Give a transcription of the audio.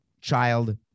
child